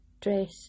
dress